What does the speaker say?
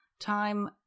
time